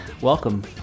welcome